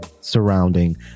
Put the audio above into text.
surrounding